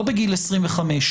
לא בגיל 25,